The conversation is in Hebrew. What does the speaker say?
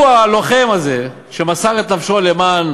הוא, הלוחם הזה, שמסר את נפשו למען